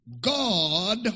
God